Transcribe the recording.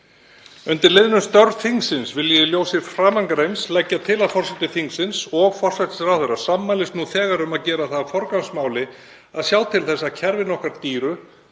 Undir liðnum störf þingsins vil ég í ljósi framangreinds leggja til að forseti þingsins og forsætisráðherra sammælist nú þegar um að gera það að forgangsmáli að sjá til þess að kerfin okkar dýru